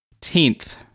tenth